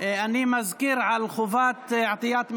אני מזכיר את חובת עטיית מסכה,